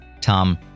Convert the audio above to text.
Tom